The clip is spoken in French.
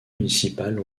municipales